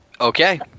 Okay